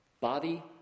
body